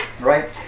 right